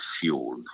fuel